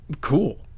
cool